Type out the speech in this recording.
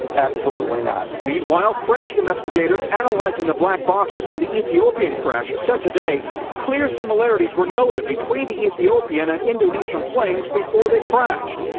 absolutely not. reporter meanwhile french investigators analyzing the black boxes from the ethiopian crash said today clear similarities were noted between the ethiopian and indonesian planes before they crashed.